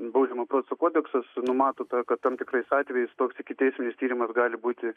baudžiamo proceso kodeksas numato kad tam tikrais atvejais toks ikiteisminis tyrimas gali būti